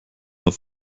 auf